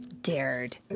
dared